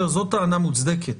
זאת טענה מוצדקת.